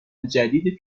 جدید